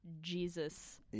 Jesus